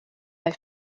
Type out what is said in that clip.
have